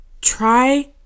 try